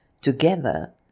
Together